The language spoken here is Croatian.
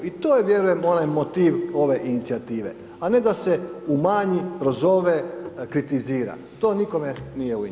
I to je vjerujem onaj motiv ove inicijative, a ne da se umanji, prozove, kritizira to nikome nije u interesu.